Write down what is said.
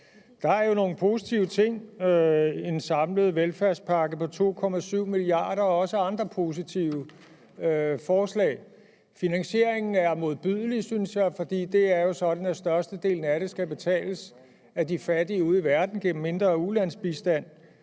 Der er jo nogle positive ting, en samlet velfærdspakke på 2,7 mia. kr. og også andre positive forslag. Finansieringen er modbydelig, synes jeg, fordi det er jo sådan, at størstedelen af det skal betales af de fattige ude i verden gennem mindre ulandsbistand.